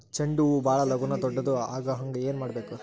ಚಂಡ ಹೂ ಭಾಳ ಲಗೂನ ದೊಡ್ಡದು ಆಗುಹಂಗ್ ಏನ್ ಮಾಡ್ಬೇಕು?